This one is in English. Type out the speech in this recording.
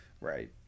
Right